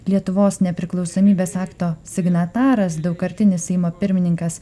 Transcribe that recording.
lietuvos nepriklausomybės akto signataras daugkartinis seimo pirmininkas